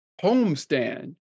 homestand